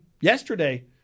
yesterday